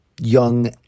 young